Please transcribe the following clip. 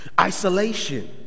Isolation